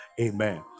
amen